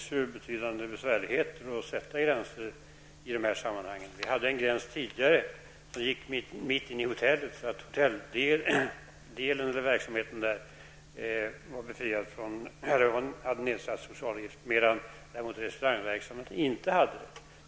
Herr talman! Det innebär stora besvär att sätta gränser i detta sammanhang. Det fanns en gräns tidigare som så att säga gick mitt inne i hotellet, dvs. verksamheten i hotelldelen hade en nedsatt socialavgift medan restaurangverksamheten inte hade det.